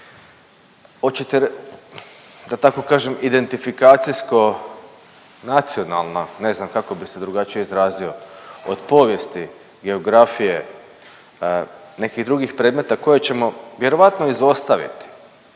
hoćete da tako kažem identifikacijsko nacionalna ne znam kako bi se drugačije izrazio od povijesti, geografije, nekih drugih predmeta koje ćemo vjerojatno izostaviti